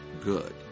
good